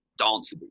danceable